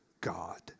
God